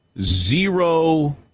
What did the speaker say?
zero